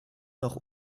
noch